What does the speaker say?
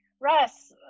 Russ